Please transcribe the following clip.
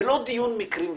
זה לא דיון על מקרים ותגובות.